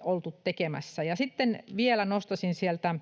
oltu tekemässä. Sitten vielä nostaisin sieltä